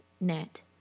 net